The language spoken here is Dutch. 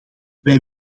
wij